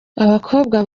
abakobwa